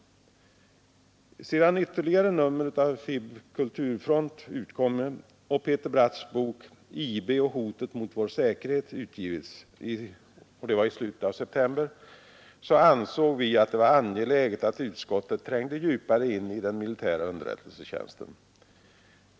Sedan ytterligare nummer av FiB/Kulturfront utkommit och Peter Bratts bok ”IB och hotet mot vår säkerhet” utgivits i slutet av september, ansåg vi att det var angeläget att utskottet trängde djupare in i den militära underrättelsetjänsten.